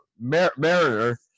Mariner